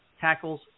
tackles